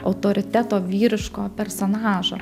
autoriteto vyriško personažo